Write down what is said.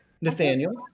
nathaniel